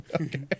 okay